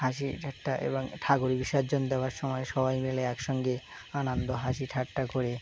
হাসি ঠাট্টা এবং ঠাকুর বিসর্জন দেওয়ার সময় সবাই মিলে একসঙ্গে আনন্দ হাসি ঠাটটা করে